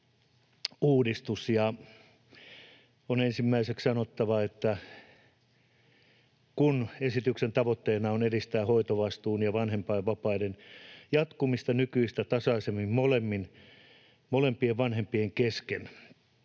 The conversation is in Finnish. Ensimmäiseksi on sanottava, että kun esityksen tavoitteena on edistää hoitovastuun ja vanhempainvapaiden jakautumista nykyistä tasaisemmin molempien vanhempien kesken